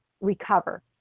recover